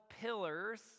pillars